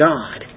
God